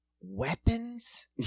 weapons